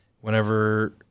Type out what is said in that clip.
Whenever